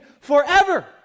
forever